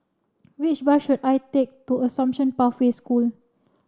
which bus should I take to Assumption Pathway School